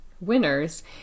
Winners